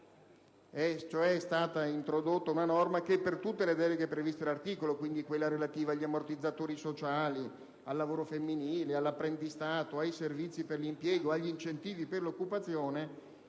è stata cioè introdotta una norma per la quale, per tutte le deleghe previste dall'articolo - quindi, quella relativa agli ammortizzatori sociali, al lavoro femminile, all'apprendistato, ai servizi per l'impiego, agli incentivi per l'occupazione